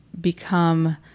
become